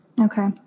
Okay